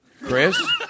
Chris